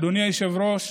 אדוני היושב-ראש,